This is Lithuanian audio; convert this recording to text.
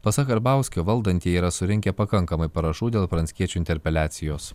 pasak karbauskio valdantieji yra surinkę pakankamai parašų dėl pranckiečio interpeliacijos